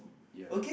ya